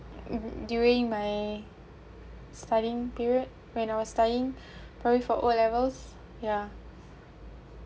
during my studying period when I was studying preparing for O levels ya